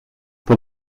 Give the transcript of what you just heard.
for